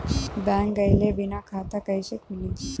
Bank गइले बिना खाता कईसे खुली?